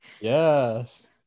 Yes